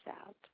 out